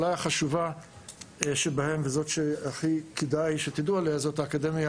החשובה שבהן וזאת שהכי שכדאי שתדעו עליה זאת האקדמיה